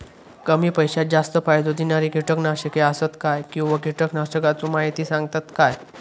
कमी पैशात जास्त फायदो दिणारी किटकनाशके आसत काय किंवा कीटकनाशकाचो माहिती सांगतात काय?